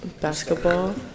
Basketball